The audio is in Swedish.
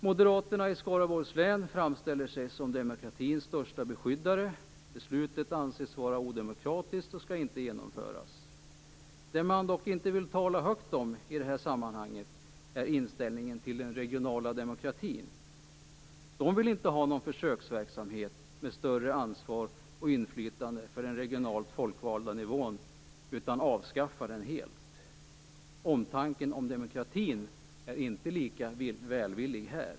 Moderaterna i Skaraborgs län framställer sig som demokratins största beskyddare. Beslutet anses vara odemokratiskt och skall inte genomföras. Vad de dock inte vill tala högt om i detta sammanhang är inställningen till den regionala demokratin. De vill inte ha någon försöksverksamhet med större ansvar och inflytande för den regionalt folkvalda nivån, utan vill avskaffa den helt. Omtanken om demokratin är inte lika välvillig här.